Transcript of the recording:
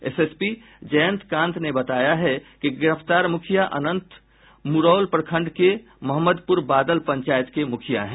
SSP Jayantkant ने बताया है कि गिरफ्तार मुखिया अनंत मुरौल प्रखंड की महमदपुर बादल पंचायत के मुखिया है